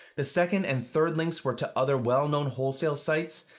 the second and third links were to other well-known wholesale sites,